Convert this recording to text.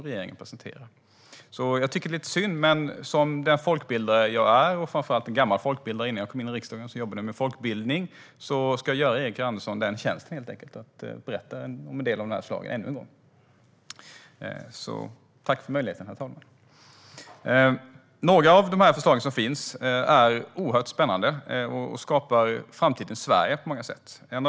Jag tycker alltså att det är lite synd, men som den gamla folkbildare jag är - innan jag kom in i riksdagen jobbade jag med folkbildning - ska jag göra Erik Andersson tjänsten att ännu en gång berätta om en del av dessa förslag. Tack för den möjligheten, herr talman! Några av förslagen är oerhört spännande och skapar framtidens Sverige på många sätt.